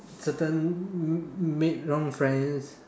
certain made wrong friends